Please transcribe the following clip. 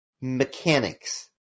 mechanics